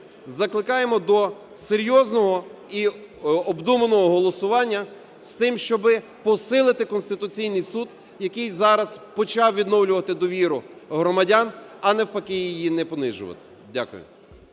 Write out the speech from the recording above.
Закликаємо до серйозного і обдуманого голосування з тим, щоб посилити Конституційний Суд, який зараз почав відновлювати довіру громадян, а навпаки її не понижувати. Дякую.